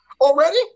Already